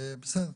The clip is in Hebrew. בסדר,